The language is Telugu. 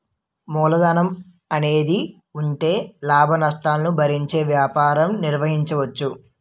మూలధనం అనేది ఉంటే లాభనష్టాలను భరించే వ్యాపారం నిర్వహించవచ్చు